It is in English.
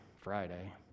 Friday